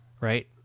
Right